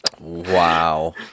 Wow